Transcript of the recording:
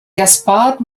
gaspard